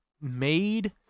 made